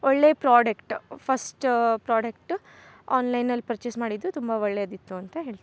ಒಳ್ಳೆ product first product ಆನ್ಲೈನಲ್ಲಿ purchase ಮಾಡಿದ್ದು ತುಂಬ ಒಳ್ಳೇದಿತ್ತು ಅಂತ ಹೇಳ್ತಿನಿ